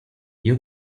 you